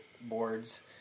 boards